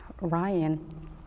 Ryan